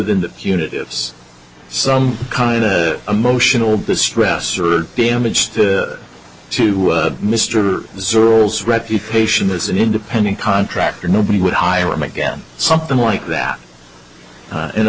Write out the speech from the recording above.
than the unit is some kind of emotional distress or damage to mr sorrels reputation as an independent contractor nobody would hire him again something like that and it